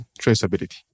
traceability